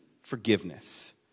forgiveness